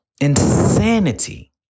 Insanity